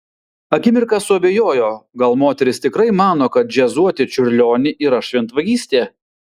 akimirką suabejojo gal moteris tikrai mano kad džiazuoti čiurlionį yra šventvagystė